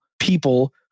people